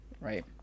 right